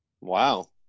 Wow